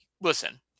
listen